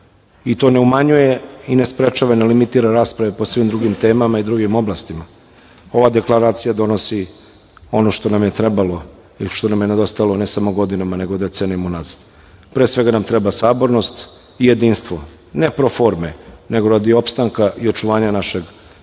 i to ne umanjuje i ne sprečava, ne limitira rasprave po svim drugim temama i drugim oblastima. Ova deklaracija donosi ono što nam je trebalo ili što nam je nedostajalo ne samo godinama, nego decenijama unazad. Pre svega nam treba sabornost i jedinstvo, ne pro forme, nego radi opstanka i očuvanja našeg